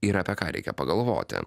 ir apie ką reikia pagalvoti